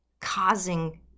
causing